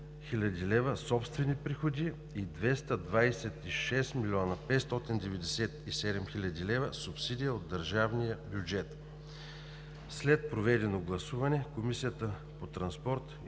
хил. лв. – собствени приходи, и 226 млн. 597 хил. лв. – субсидия от държавния бюджет. След проведеното гласуване Комисията по транспорт,